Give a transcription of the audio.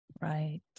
Right